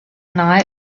night